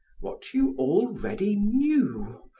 what you already knew.